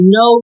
no